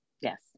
Yes